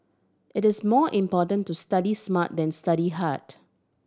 it is more important to study smart than study hard